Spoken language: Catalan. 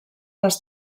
les